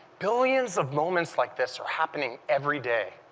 billions of moments like this are happening everyday.